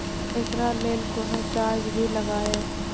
एकरा लेल कुनो चार्ज भी लागैये?